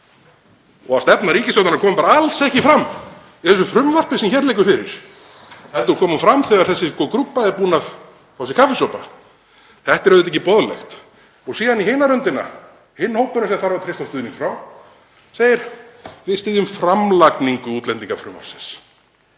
og að stefna ríkisstjórnar kom bara alls ekki fram í þessu frumvarpi sem hér liggur fyrir heldur komi hún fram þegar þessi grúppa er búin að fá sér kaffisopa. Þetta er auðvitað ekki boðlegt. Og síðan í hina röndina segir hinn hópurinn sem þarf að treysta á stuðning frá: „Við styðjum framlagningu útlendingafrumvarps.“